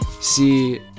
see